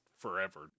forever